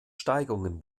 steigungen